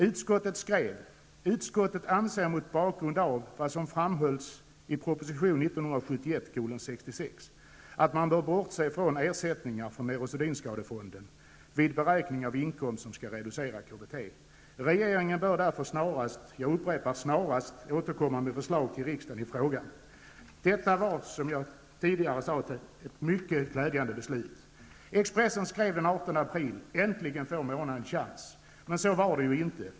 Utskottet skrev: ''Utskottet anser mot bakgrund av vad som framhölls i proposition 1971:66 att man bör bortse från ersättningar från neurosedynskadefonden vid beräkning av inkomst som skall reducera KBT. Regeringen bör därför snarast, jag upprepar snarast, återkomma med ett förslag till riksdagen i frågan.'' Detta var, som jag sade tidigare, ett mycket glädjande belut. Expressen skrev den 18 april: ''Äntligen får Mona en chans''. Men så var det ju inte.